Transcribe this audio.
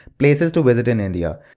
places to visit in india,